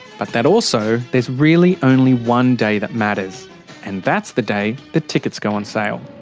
but that also, there's really only one day that matters and that's the day the tickets go on sale.